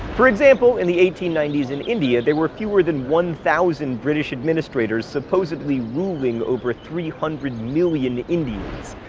for example, in the eighteen ninety s in india, there were fewer than one thousand british administrators supposedly ruling over three hundred million indians.